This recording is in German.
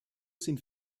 sind